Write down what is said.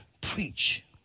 preach